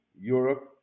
Europe